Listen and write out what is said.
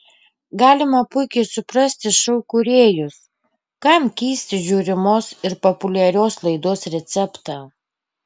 galima puikiai suprasti šou kūrėjus kam keisti žiūrimos ir populiarios laidos receptą